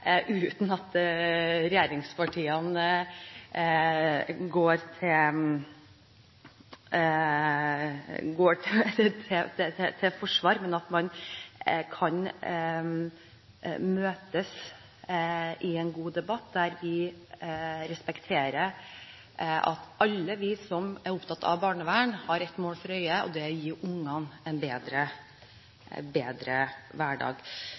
uten at regjeringspartiene går i forsvar. Jeg håper at man kan møtes i en god debatt, der vi respekterer at alle vi som er opptatt av barnevern, har ett mål for øye, og det er å gi ungene en bedre hverdag.